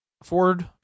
Ford